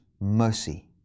mercy